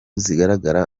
zizagaragara